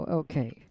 okay